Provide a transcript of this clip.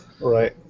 Right